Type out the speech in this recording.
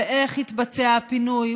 ואיך יתבצע הפינוי,